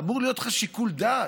אמור להיות לך שיקול דעת.